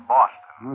Boston